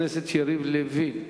חבר הכנסת יריב לוין,